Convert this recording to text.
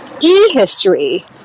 e-history